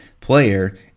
player